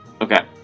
Okay